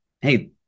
hey